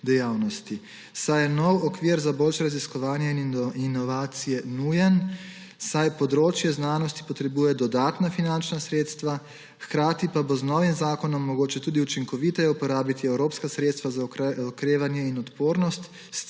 dejavnosti, saj je nov okvir za boljše raziskovanje in inovacije nujen, saj področje znanosti potrebuje dodatna finančna sredstva, hkrati pa bo z novim zakonom mogoče tudi učinkoviteje uporabiti evropska sredstva za okrevanje in odpornost